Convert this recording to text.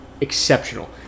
exceptional